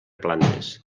plantes